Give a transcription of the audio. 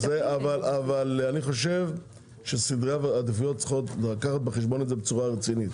אבל אני חושב שסדרי העדיפויות צריכים לקחת את זה בחשבון בצורה רצינית.